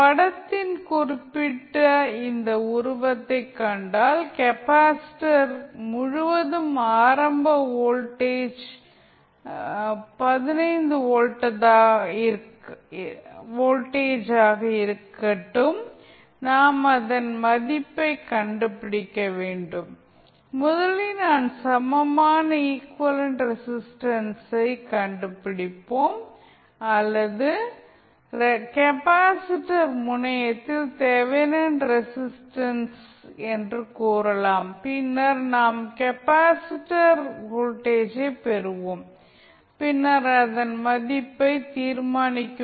படத்தில் குறிப்பிட்ட இந்த உருவத்தை கண்டால் கெப்பாசிட்டர் முழுவதும் ஆரம்ப வோல்டேஜ் 15 வோல்ட் ஆக இருக்கட்டும் நாம் அதன் மதிப்பைக் கண்டுபிடிக்க வேண்டும் முதலில் நாம் சமமான ஈகுவலன்ட் ரெஸிஸ்டன்ஸைக் கண்டுபிடிப்போம் அல்லது கெப்பாசிட்டர் முனையத்தில் தெவெனின் ரெஸிஸ்டன்ஸ் என்று கூறலாம் பின்னர் நாம் கெப்பாசிட்டர் வோல்டேஜை பெறுவோம் பின்னர் அதன் மதிப்பை தீர்மானிப்போம்